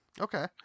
Okay